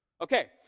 Okay